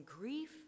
grief